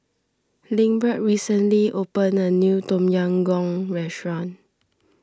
Lindbergh recently opened a new Tom Yam Goong restaurant